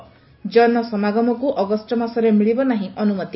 ଜନ ସମାଗମକୁ ଅଗଷ୍ ମାସରେ ମିଳିବ ନାହିଁ ଅନୁମତି